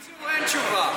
בקיצור, אין לכם תשובה.